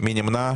מי נמנע?